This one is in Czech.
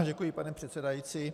Děkuji, pane předsedající.